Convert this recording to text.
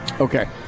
Okay